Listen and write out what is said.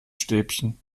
stäbchen